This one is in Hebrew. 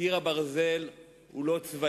קיר הברזל הוא לא צבאי.